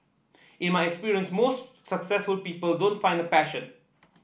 in my experience most successful people don't find a passion